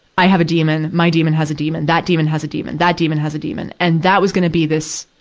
i have a demon, my demon has a demon. that demon has a demon. that demon has a demon. and that was gonna be this,